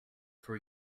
for